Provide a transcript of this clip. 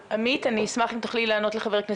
עמית, אני אשמח אם תוכלי לענות לחה"כ טייב.